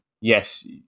yes